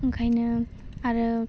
ओंखायनो आरो